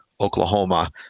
Oklahoma